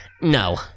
No